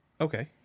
Okay